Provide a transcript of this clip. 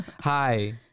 Hi